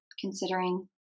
considering